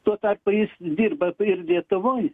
tuo tarpu jis dirba ir lietuvoj